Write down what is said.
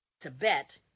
Tibet